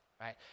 right